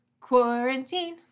quarantine